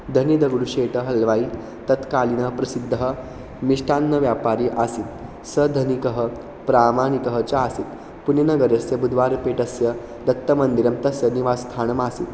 धनिदगुडुषेटहल्वाय् तत्कालिनः प्रसिद्धः मिष्टान्नव्यापारी आसीत् स धनिकः प्रामाणिकः च आसीत् पुनेनगरस्य बुधवारपीठस्य दत्तमन्दिरं तस्य निवासस्थानम् आसीत्